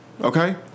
Okay